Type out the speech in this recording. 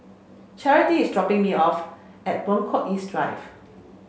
Charity is dropping me off at Buangkok East Drive